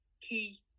key